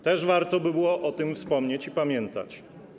Też warto by było o tym wspomnieć i pamiętać.